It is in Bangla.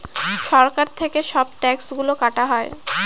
সরকার থেকে সব ট্যাক্স গুলো কাটা হয়